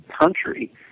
country